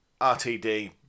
RTD